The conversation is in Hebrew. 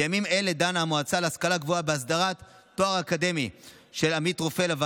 בימים אלה דנה המועצה להשכלה גבוהה בהסדרת תואר אקדמי של עמית רופא,